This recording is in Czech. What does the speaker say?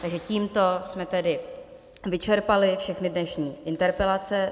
Takže tímto jsme vyčerpali všechny dnešní interpelace.